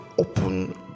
open